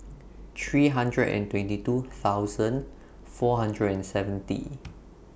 three hundred and twenty two thousand four hundred and seventy